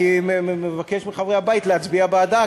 אני מבקש מחברי הבית להצביע בעדה,